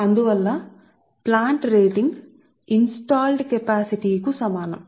అందువల్ల plant rating వ్యవస్థాపించిన సామర్థ్యాని కి సమానం